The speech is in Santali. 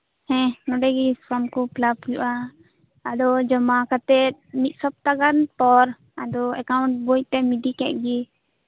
ᱱᱚᱰᱮᱜᱮ ᱯᱷᱚᱨᱚᱢ ᱠᱚ ᱯᱷᱤᱞᱟᱯ ᱦᱩᱭᱩᱜᱼᱟ ᱟᱫᱚ ᱡᱚᱢᱟ ᱠᱟᱛᱮᱫ ᱢᱤᱫ ᱥᱚᱯᱛᱟᱜᱟᱱ ᱯᱚᱨ ᱟᱫᱚ ᱮᱠᱟᱩᱱᱴ ᱵᱳᱭ ᱛᱮᱫ ᱮᱢ ᱤᱫᱤ ᱠᱮᱫ ᱜᱮ